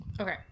Okay